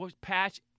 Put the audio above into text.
patch